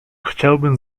chciałbym